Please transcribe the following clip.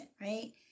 right